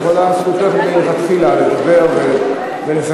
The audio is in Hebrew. את יכולה וזכותך מלכתחילה לדבר ולסכם.